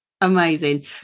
Amazing